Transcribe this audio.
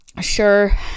sure